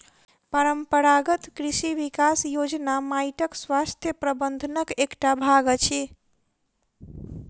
परंपरागत कृषि विकास योजना माइटक स्वास्थ्य प्रबंधनक एकटा भाग अछि